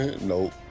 Nope